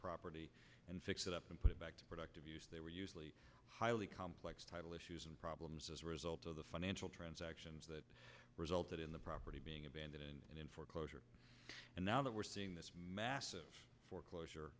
property and fix it up and put it back to productive use they were usually highly complex title issues and problems as a result of the financial transactions that resulted in the property being abandoned and in foreclosure and now that we're seeing this massive foreclosure